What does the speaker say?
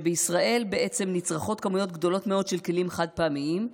בישראל נצרכות כמויות גדולות מאוד של כלים חד-פעמיים,